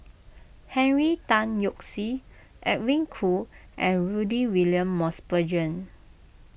Henry Tan Yoke See Edwin Koo and Rudy William Mosbergen